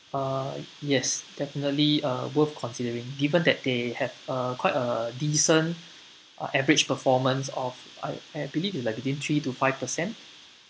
uh yes definitely uh worth considering given that they have uh quite a decent average performance of I I believe it's like within three to five percent